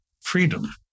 freedom